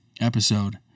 Episode